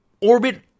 orbit